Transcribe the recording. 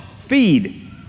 feed